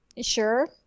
Sure